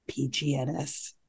PGNS